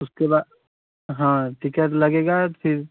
उसके बा हाँ टिकट लगेगी फिर